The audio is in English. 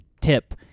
tip